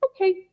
okay